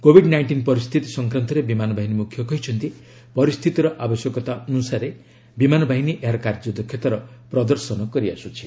Covid nineteen ପରିସ୍ଥିତି ସଂକ୍ରାନ୍ତରେ ବିମାନ ବାହିନୀ ମୁଖ୍ୟ କହିଛନ୍ତି ପରିସ୍ଥିତିର ଆବଶ୍ୟକତା ଅନୁସାରେ ବିମାନ ବାହିନୀ ଏହାର କାର୍ଯ୍ୟଦକ୍ଷତାର ପ୍ରଦର୍ଶନ କରିଆସ୍ଥିଛି